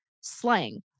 slang